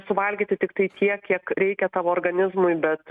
suvalgyti tiktai tiek kiek reikia tavo organizmui bet